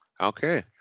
okay